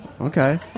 Okay